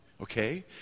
Okay